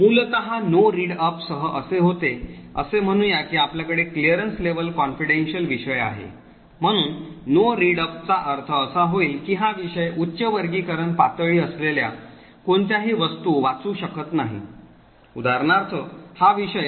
मूलतः No Read up सह असे होते असे म्हणूया की आपल्याकडे clearance level of confidential विषय आहे म्हणून No Read up याचा अर्थ असा होईल की हा विषय उच्च वर्गीकरण पातळी असलेल्या कोणत्याही वस्तू वाचू शकत नाही उदाहरणार्थ हा विषय